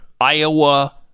Iowa